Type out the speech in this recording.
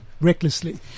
recklessly